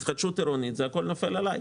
בהתחדשות עירונית הכול נופל עליי.